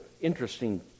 interesting